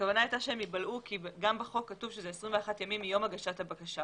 הכוונה הייתה שהם ייבלעו כי גם בחוק כתוב שאלה 21 ימים מיום הגשת הבקשה.